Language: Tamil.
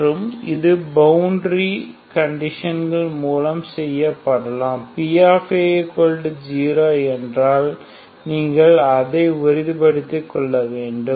மற்றும் அது பவுண்டரி கண்டிஷன்கள் மூலம் செய்யப்படலாம் p0 என்றால் நீங்கள் அதை உறுதிப்படுத்த வேண்டும்